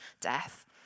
death